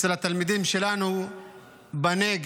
אצל התלמידים שלנו בנגב,